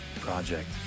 Project